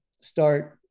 start